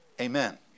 amen